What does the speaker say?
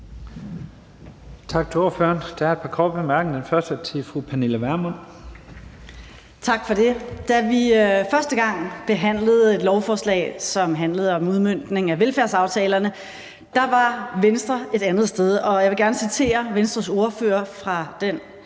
Tak for det. Da vi første gang behandlede et lovforslag, som handlede om udmøntning af velfærdsaftalerne, var Venstre et andet sted, og jeg vil gerne citere Venstres ordfører fra den